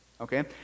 okay